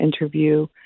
interview